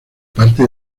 parte